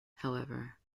however